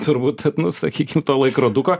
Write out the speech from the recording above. turbūt nu sakykim to laikroduko